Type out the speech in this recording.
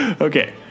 Okay